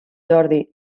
jordi